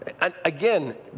Again